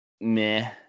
meh